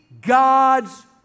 God's